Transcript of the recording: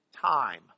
time